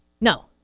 No